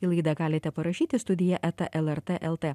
į laidą galite parašyti studiją eta lrt el t